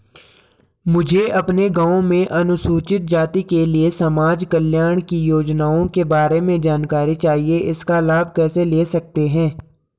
मुझे अपने गाँव में अनुसूचित जाति के लिए समाज कल्याण की योजनाओं के बारे में जानकारी चाहिए इसका लाभ कैसे ले सकते हैं?